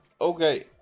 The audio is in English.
Okay